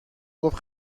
گفت